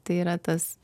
tai yra tas